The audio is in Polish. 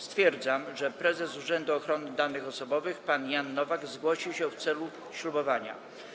Stwierdzam, że prezes Urzędu Ochrony Danych Osobowych pan Jan Nowak zgłosił się w celu ślubowania.